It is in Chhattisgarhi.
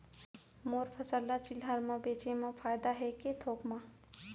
मोर फसल ल चिल्हर में बेचे म फायदा है के थोक म?